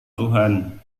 tuhan